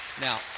Now